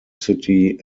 city